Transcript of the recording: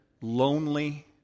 lonely